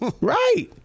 Right